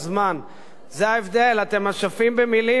זה ההבדל: אתם אשפים במלים אבל לא במעשים.